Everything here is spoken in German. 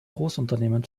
großunternehmen